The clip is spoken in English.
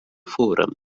forum